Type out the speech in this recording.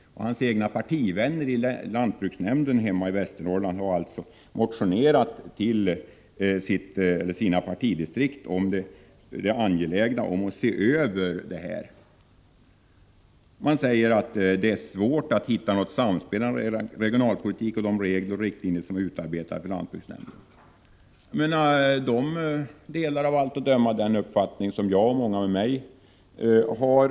Men hans egna partivänner i lantbruksnämnden hemma i Västernorrlands län har alltså motionerat till sina partidistrikt om det angelägna i att se över partiets jordbrukspolitik. Man säger att ”det är svårt att hitta något samspel mellan regionalpolitik och de regler och riktlinjer, som är utarbetade för lantbruksnämnderna”. Martin Segerstedts partivänner delar av allt att döma de uppfattningar som jag och många med mig har.